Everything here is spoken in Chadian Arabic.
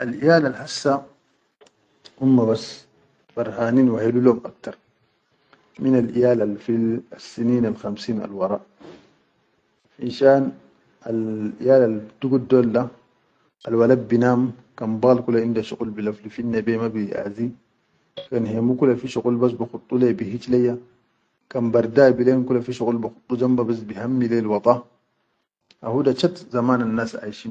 Al iyal al hassa humbas farhamin wa helu lom aktar minal iyal al fil sinilal khamsin al-wara finshan al iyal al dugud dol da, al walad bi nam kan bal kula inda shuqul bilaflinnan be ma biʼazi kan hemu kula fi shuqul bihij leya, kan barda bilen kula fi shuqul bi khudu jam bas bi hammi le ya al wada, ha huda chat zaman annas.